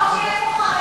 תחשוב שיש פה חרדים.